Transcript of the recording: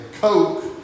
Coke